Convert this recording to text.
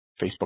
Facebook